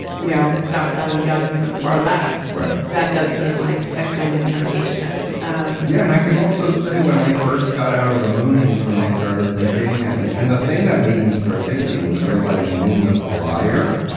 you know, stockpiling guns for the far left. right. that does seem like a kind of temptation um yeah. and i can also say when i first got out of the moonies, when i started thinking and and the thing that made me start thinking was realizing moon was a liar.